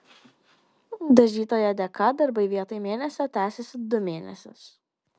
dažytojo dėka darbai vietoj mėnesio tęsėsi du mėnesius